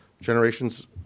generations